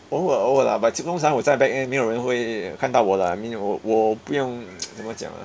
偶尔偶尔 lah but 通常我在 back end 没有人会看到我 lah I mean 我我不用 怎么讲 ah